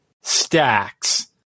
stacks